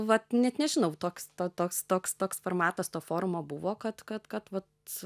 vat net nežinau toks toks toks toks formatas to forumo buvo kad kad kad vat